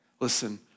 Listen